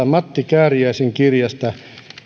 matti kääriäisen kirjasta